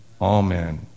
Amen